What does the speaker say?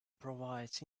provides